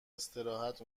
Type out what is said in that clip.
استراحت